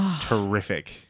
terrific